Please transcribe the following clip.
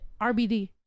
RBD